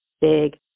big